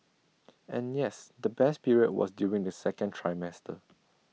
and yes the best period was during the second trimester